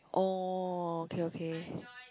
oh okay okay